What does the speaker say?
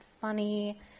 funny